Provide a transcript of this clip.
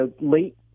late